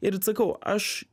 ir sakau aš